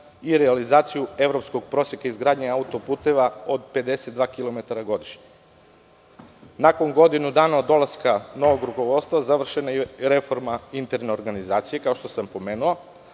i realizaciju evropskog proseka izgradnje autoputeva od 52 kilometara godišnje. Nakon godinu dana od dolaska novog rukovodstva, završena je reforma interne organizacije, kao što sam pomenuo.